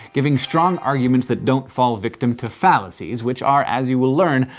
giving strong arguments that don't fall victim to fallacies, which are, as you'll learn,